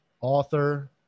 author